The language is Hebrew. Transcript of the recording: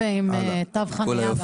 גם תו חניה.